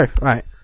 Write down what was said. right